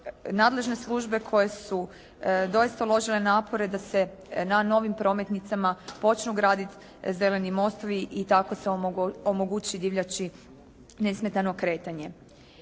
nadležne službe koje su doista uložile napore da se na novim prometnicama počnu graditi zeleni mostovi i tako se omogući divljači nesmetano kretanje.